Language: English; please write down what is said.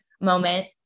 moment